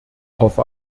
hoffe